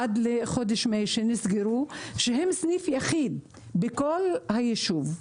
עד חודש מאי וסניפים אלה מהווים סניף יחיד בכל היישוב.